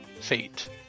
Fate